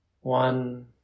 One